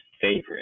favorite